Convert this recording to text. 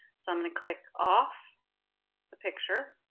so i'm going to click off the picture.